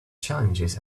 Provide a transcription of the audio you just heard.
challenges